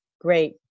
Great